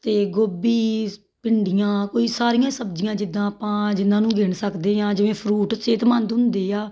ਅਤੇ ਗੋਭੀ ਭਿੰਡੀਆਂ ਕੋਈ ਸਾਰੀਆਂ ਸਬਜ਼ੀਆਂ ਜਿੱਦਾਂ ਆਪਾਂ ਜਿਨ੍ਹਾਂ ਨੂੰ ਗਿਣ ਸਕਦੇ ਹਾਂ ਜਿਵੇਂ ਫਰੂਟ ਸਿਹਤਮੰਦ ਹੁੰਦੇ ਆ